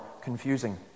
confusing